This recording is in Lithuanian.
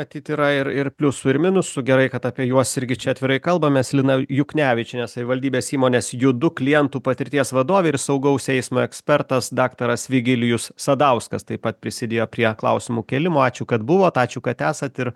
matyt yra ir ir pliusų ir minusų gerai kad apie juos irgi čia atvirai kalbamės lina juknevičienė savivaldybės įmonės judu klientų patirties vadovė ir saugaus eismo ekspertas daktaras vigilijus sadauskas taip pat prisidėjo prie klausimų kėlimo ačiū kad buvot ačiū kad esat ir